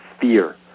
fear